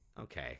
Okay